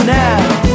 now